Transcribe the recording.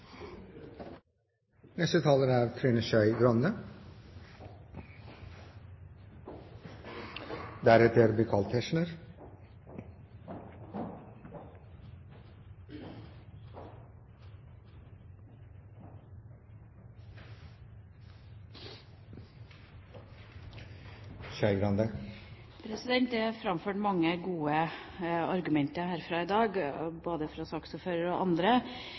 er framført mange gode argumenter herfra i dag, både fra saksordføreren og fra andre.